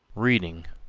reading,